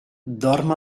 dorm